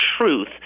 truth